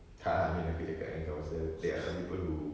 tak ah I mean aku cakap dengan kau pasal there are some people who